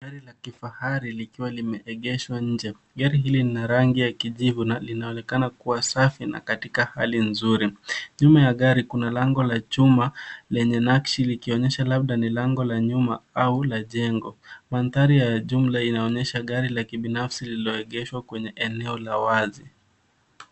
Gari la kifahari likiwa limeegeshwa nje. Gari hili ni la rangi ya kijivu na linaonekana kua safi na katika hali nzuri. Nyuma ya gari kuna lango la chuma lenye nakshi likionyesha labda ni lango la nyuma au la jengo. Mandhari ya jumla inaonyesha gari la kibinafsi lililoegeshwa kwenye eneo la wazi.